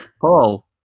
Paul